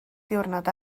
diwrnod